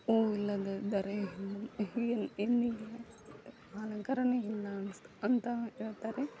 ಹೂ ಇಲ್ಲದಿದ್ದರೆ ಎನ್ನಿಗೆ ಅಲಂಕಾರವೇ ಇಲ್ಲ ಅನ್ಸ್ತು ಅಂತ ಹೇಳ್ತಾರೆ